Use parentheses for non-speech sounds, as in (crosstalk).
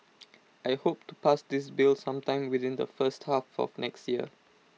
(noise) I hope to pass this bill sometime within the first half of next year